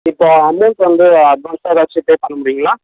இப்போ அமௌண்ட் வந்து அட்வான்ஸாக ஏதாச்சும் பே பண்ண முடியுங்களா